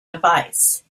device